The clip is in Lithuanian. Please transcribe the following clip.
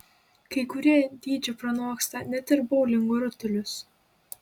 kai kurie dydžiu pranoksta net ir boulingo rutulius